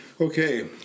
Okay